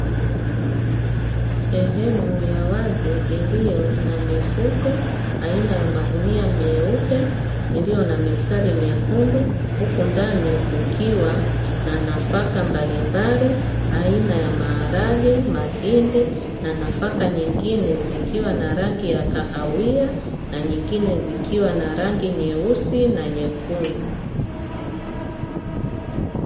Sehemu ya wazi iliyo na mifuko aina ya magunia meupe iliyo na mistari myekundu huku ndani kukiwa na nafaka mbalimbali aina ya maharage, mahindi na nafaka nyingine zikiwa na rangi ya kahawia na nyingine zikiwa na rangi nyeusi na nyekundu.